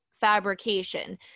fabrication